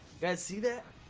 bessie that